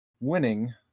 Winning